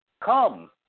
Come